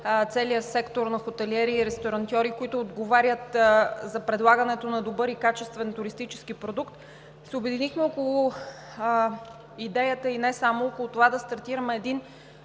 целия сектор на хотелиери и ресторантьори, които отговарят за предлагането на добър и качествен туристически продукт, се обединихме не само около идеята да стартираме един